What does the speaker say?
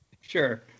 Sure